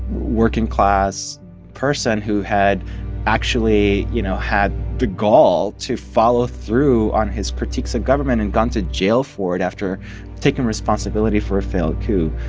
working-class person who had actually, you know, had the gall to follow through on his critiques of government and gone to jail for it after taking responsibility for a failed coup.